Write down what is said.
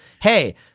Hey